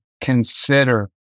consider